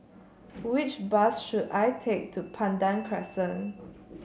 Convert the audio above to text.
which bus should I take to Pandan Crescent